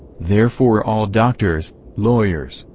therefore all doctors, lawyers,